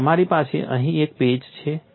અને તારી પાસે અહીં એક પેચ છે